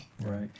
Right